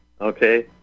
Okay